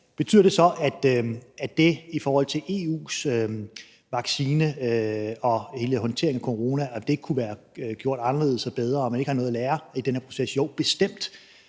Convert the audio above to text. Betyder det så, at EU's håndtering af vaccine og corona ikke kunne have været gjort anderledes og bedre, og at man ikke har noget at lære i den her proces? Jo, bestemt,